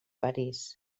parís